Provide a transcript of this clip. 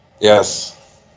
yes